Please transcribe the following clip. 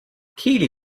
keighley